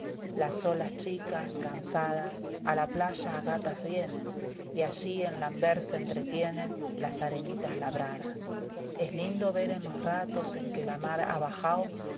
las olas chicas cansadas a la playa ágatas vienen y allí en lamber se entretienen las arenitas labradas es lindo ver en los ratos en que la mar ha bajao